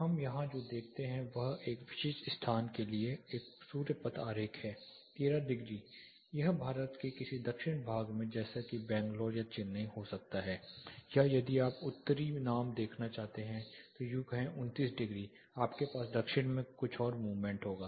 हम यहाँ जो देखते हैं वह इस विशेष स्थान के लिए एक सूर्य पथ आरेख है 13 डिग्री यह भारत के किसी दक्षिणी भाग में जैसे कि यह बंगलौर या चेन्नई हो सकता है या यदि आप एक उत्तरी नाम देखना चाहते हैं तो यू कहें 29 डिग्री आपके पास दक्षिण में कुछ और गति होगा